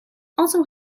also